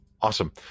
Awesome